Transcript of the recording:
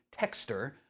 texter